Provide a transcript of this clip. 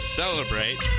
celebrate